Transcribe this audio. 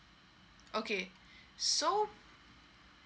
okay so